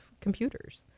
computers